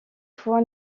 fois